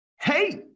Hey